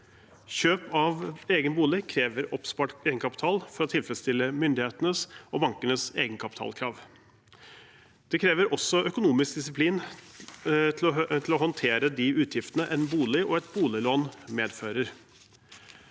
Kjøp av egen bolig krever oppspart egenkapital for å tilfredsstille myndighetenes og bankenes egenkapitalkrav. Det krever også økonomisk disiplin til å håndtere de utgiftene en bolig og et boliglån medfører.